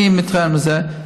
אני מתרעם על זה.